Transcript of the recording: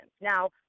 Now